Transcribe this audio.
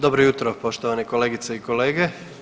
Dobro jutro poštovane kolegice i kolege.